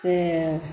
सेए